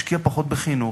השקיעה פחות בחינוך.